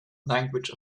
language